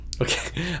Okay